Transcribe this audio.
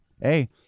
hey